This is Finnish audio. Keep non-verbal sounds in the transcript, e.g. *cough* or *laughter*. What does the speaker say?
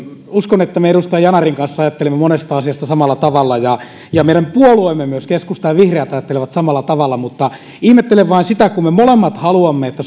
uskon että me edustaja yanarin kanssa ajattelemme monesta asiasta samalla tavalla ja ja meidän puolueemme myös keskusta ja vihreät ajattelevat samalla tavalla mutta ihmettelen vain vähän sitä kun me molemmat haluamme että *unintelligible*